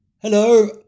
Hello